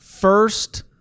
first